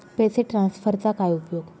पैसे ट्रान्सफरचा काय उपयोग?